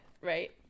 right